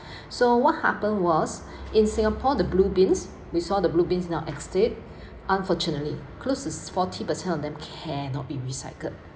so what happen was in singapore the blue bins we saw the blue bins now estate unfortunately close to forty percent of them cannot be recycled